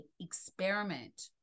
experiment